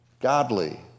godly